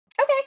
Okay